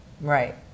Right